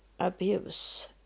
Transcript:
abuse